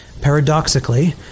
paradoxically